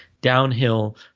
downhill